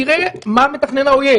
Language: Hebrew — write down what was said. תראה מה מתכנן האויב,